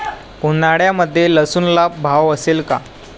उन्हाळ्यामध्ये लसूणला भाव असेल का?